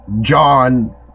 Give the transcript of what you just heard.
John